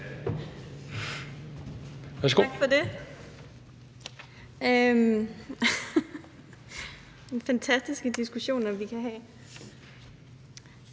Værsgo.